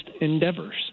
endeavors